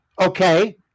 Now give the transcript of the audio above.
okay